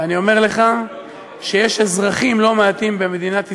ואני אומר לך שיש אזרחים לא מעטים במדינת ישראל,